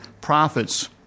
profits